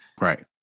Right